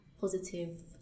positive